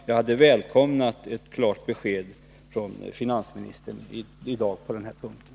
Jag hade välkomnat ett klart besked från finansministern i dag på den punkten.